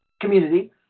community